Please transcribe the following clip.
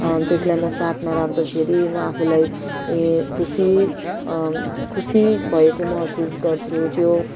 त्यसलाई म साथमा राख्दाखेरि म आफूलाई ए खुसी खुसी भएको महसुस गर्छु त्यो